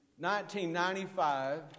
1995